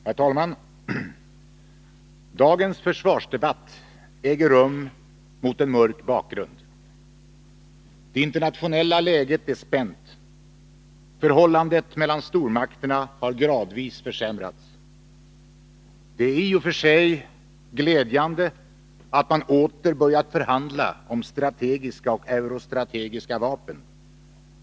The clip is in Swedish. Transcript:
Herr talman! Dagens försvarsdebatt äger rum mot en mörk bakgrund. Det internationella läget är spänt. Förhållandet mellan stormakterna har gradvis försämrats. Det är i och för sig glädjande att man åter börjat förhandla om strategiska och eurostrategiska vapen.